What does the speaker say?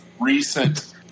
recent